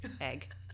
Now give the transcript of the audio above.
egg